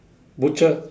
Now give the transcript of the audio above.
butcher